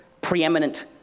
preeminent